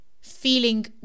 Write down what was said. feeling